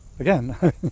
Again